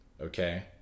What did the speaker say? Okay